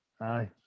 aye